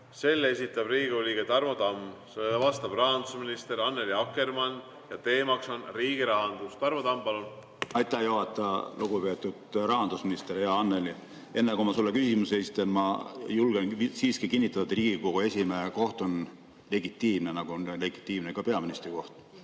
Selle esitab Riigikogu liige Tarmo Tamm, sellele vastab rahandusminister Annely Akkermann ja teema on riigi rahandus. Tarmo Tamm, palun! Aitäh, juhataja! Lugupeetud rahandusminister, hea Annely! Enne kui ma sulle küsimuse esitan, ma julgen siiski kinnitada, et Riigikogu esimehe koht on legitiimne, nagu on legitiimne ka peaministri koht.